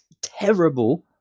terrible